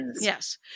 Yes